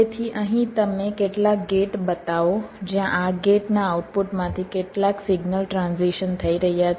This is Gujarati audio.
તેથી અહીં તમે કેટલાક ગેટ બતાવો જ્યાં આ ગેટના આઉટપુટમાંથી કેટલાક સિગ્નલ ટ્રાન્ઝિશન થઈ રહ્યા છે